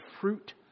fruit